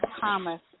Thomas